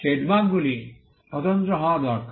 ট্রেডমার্কগুলি স্বতন্ত্র হওয়া দরকার